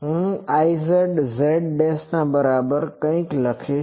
હું Izzના બરાબર કઇક લઈશ